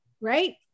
Right